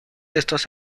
estos